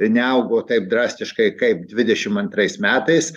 neaugo taip drastiškai kaip dvidešim antrais metais